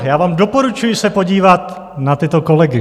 Já vám doporučuji se podívat na tyto kolegy.